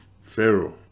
pharaoh